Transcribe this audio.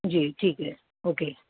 جی ٹھیک ہے اوکے